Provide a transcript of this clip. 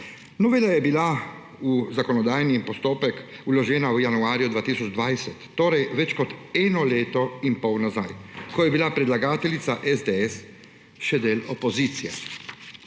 Novela je bila v zakonodajni postopek vložena v januarju 2020, torej več kot eno leto in pol nazaj, ko je bila predlagateljica SDS še del opozicije.